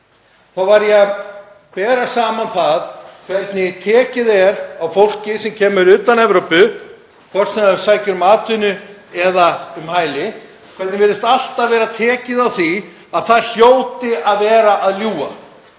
þá var ég að tala um hvernig tekið er á fólki sem kemur utan Evrópu, hvort sem það sækir um atvinnu eða hæli, hvernig virðist alltaf vera gengið út frá því að það hljóti að vera að ljúga,